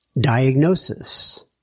Diagnosis